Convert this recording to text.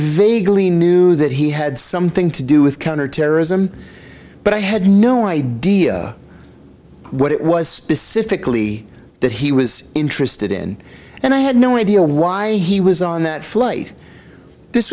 vaguely knew that he had something to do with counterterrorism but i had no idea what it was specifically that he was interested in and i had no idea why he was on that flight this